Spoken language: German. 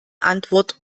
antwort